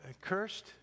cursed